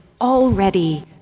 already